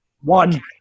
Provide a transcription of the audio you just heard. One